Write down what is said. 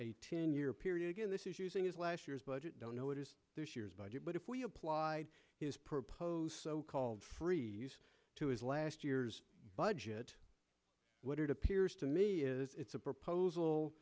a ten year period again this is using his last year's budget don't know what is this year's budget but if we applied his proposed so called free to his last year's budget what it appears to me is it's a proposal